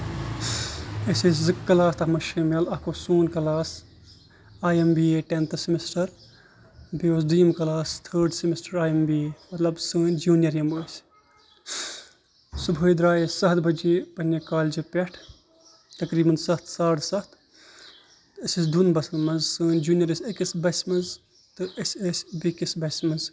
اَسہِ ٲسۍ زٕ کلاس تَتھ منٛز شٲمِل اکھ اوس سون کلاس آیی M B A tenth semester بیٚیہِ اوس دٔیُم کلاس تھٲڑ سیمِسٹر آیی ایم بی اے مطلب سٲنۍ جوٗنیر یِم ٲسۍ صبُٮحٲے درٛاے أسۍ ستھ بَجے پَنٕنہِ کالیجہِ پٮ۪ٹھ تَقریٖبن سَتھ ساڑٕ سَتھ أسۍ ٲسۍ دۄن بَسن منٛز سٲنۍ جوٗنِیر ٲسۍ أکِس بَسہِ منٛز تہٕ أسۍ ٲسۍ بیٚکِس بَسہِ منٛز